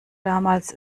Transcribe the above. damals